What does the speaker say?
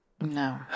No